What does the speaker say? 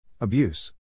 Abuse